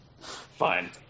Fine